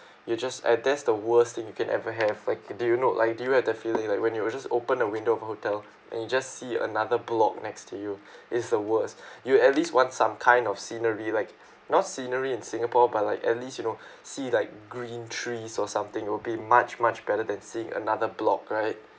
you just and that's the worst thing you can ever have like did you know like do you have the feeling like when you were just open a window of a hotel and you just see another block next to you it's the worse you'll at least want some kind of scenery like not scenery in singapore but like at least you know see like green trees or something it will be much much better than seeing another block right